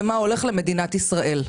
ומה הולך למדינת ישראל,